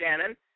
Shannon